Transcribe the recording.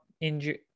injured